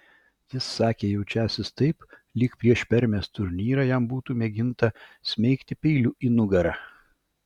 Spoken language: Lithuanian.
jis sakė jaučiąsis taip lyg prieš permės turnyrą jam būtų mėginta smeigti peiliu į nugarą